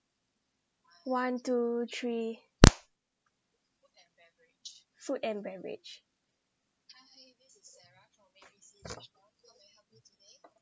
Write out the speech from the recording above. one two three food and beverage